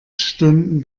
stunden